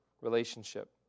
relationship